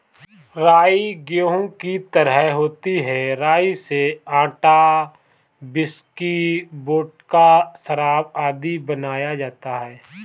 राई गेहूं की तरह होती है राई से आटा, व्हिस्की, वोडका, शराब आदि बनाया जाता है